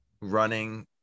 running